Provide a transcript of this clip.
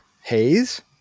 haze